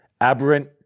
aberrant